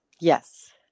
yes